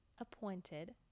appointed